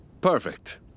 Perfect